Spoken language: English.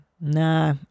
Nah